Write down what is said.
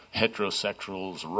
heterosexuals